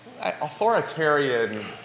authoritarian